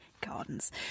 gardens